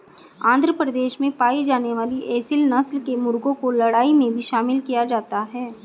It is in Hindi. आंध्र प्रदेश में पाई जाने वाली एसील नस्ल के मुर्गों को लड़ाई में भी शामिल किया जाता है